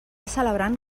celebrant